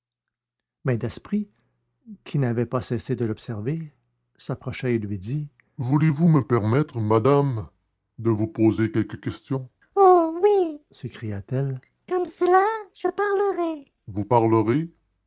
mais daspry qui n'avait pas cessé de l'observer s'approcha et lui dit voulez-vous me permettre madame de vous poser quelques questions oh oui s'écria-t-elle comme cela je parlerai vous parlerez